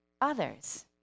others